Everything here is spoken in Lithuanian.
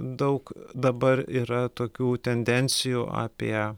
daug dabar yra tokių tendencijų apie